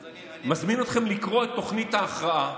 אני מזמין אתכם לקרוא את תוכנית ההכרעה,